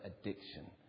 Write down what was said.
addiction